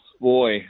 boy